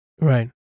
Right